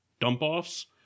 dump-offs